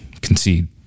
concede